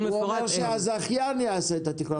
איך הקטע הבא נקרא?